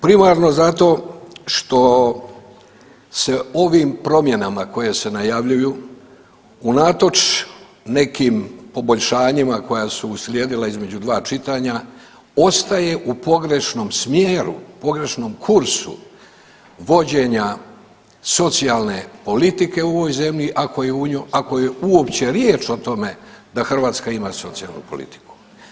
Primarno zato što se ovim promjenama koje se najavljuju unatoč nekim poboljšanjima koja su uslijedila između dva čitanja ostaje u pogrešnom smjeru, pogrešnom kursu vođenja socijalne politike u ovoj zemlji ako je uopće riječ o tome da Hrvatska ima socijalnu politiku.